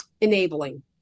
enabling